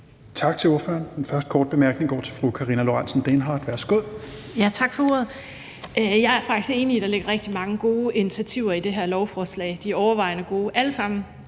Tak til ordføreren. Den første korte bemærkning går til fru Karina Lorentzen Dehnhardt. Værsgo. Kl. 16:00 Karina Lorentzen Dehnhardt (SF): Tak for ordet. Jeg er faktisk enig i, at der ligger rigtig mange gode initiativer i det her lovforslag. De er overvejende gode alle sammen,